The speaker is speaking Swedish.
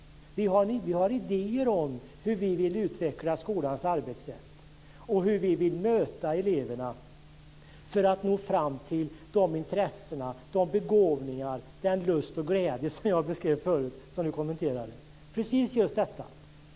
Vi har idéer om hur vi vill utveckla skolans arbetssätt och hur vi vill möta eleverna för att nå fram till de intressen, de begåvningar, den lust och glädje som jag beskrev förut och som Maria Larsson kommenterade. Precis just detta.